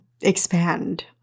expand